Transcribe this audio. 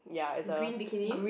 green bikini